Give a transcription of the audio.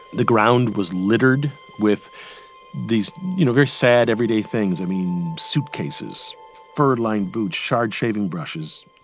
the ground was littered with these you know very sad everyday things. i mean suitcases, fur-lined boots, shard shaving brushes,